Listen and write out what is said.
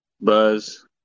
Buzz